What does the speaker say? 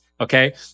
Okay